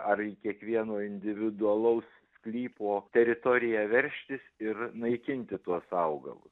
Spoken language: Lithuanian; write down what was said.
ar kiekvieno individualaus sklypo teritoriją veržtis ir naikinti tuos augalus